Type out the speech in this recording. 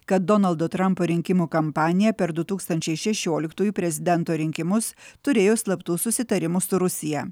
kad donaldo trampo rinkimų kampanija per du tūkstančiai šešioliktųjų prezidento rinkimus turėjo slaptų susitarimų su rusija